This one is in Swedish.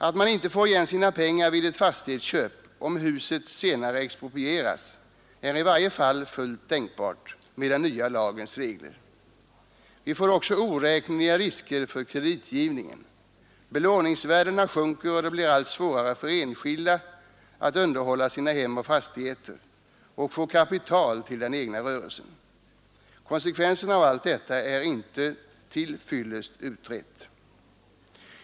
Att man inte får igen sina pengar för ett fastighetsköp om huset senare exproprieras, är i varje fall fullt tänkbart med den nya lagens regler. Det blir stora risker med kreditgivningen. Belåningsvärdena sjunker, och det blir allt svårare för enskilda att underhålla sina hem och fastigheter och få kapital till den egna rörelsen, Konsekvensen av allt detta är inte tillfredsställande utrett.